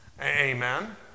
Amen